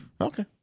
Okay